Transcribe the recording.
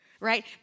right